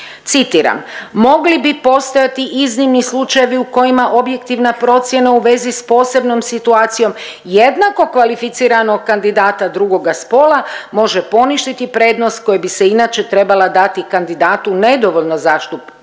Citiram: „Mogli bi postojati iznimni slučajevi u kojima objektivna procjena u vezi sa posebnom situacijom jednako kvalificiranog kandidata drugoga spola može poništiti prednost koja bi se inače trebala dati kandidatu nedovoljno zastupljenog